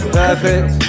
perfect